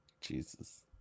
Jesus